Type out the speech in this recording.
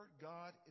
God